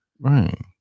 Right